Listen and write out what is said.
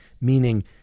meaning